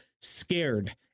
scared